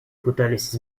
пытались